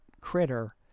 critter